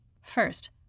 First